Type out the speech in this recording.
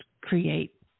create